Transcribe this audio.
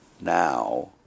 now